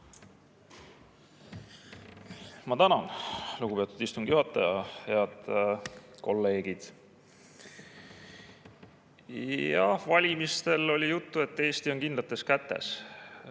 Ma tänan, lugupeetud istungi juhataja! Head kolleegid! Jah, valimistel oli juttu, et Eesti on kindlates kätes.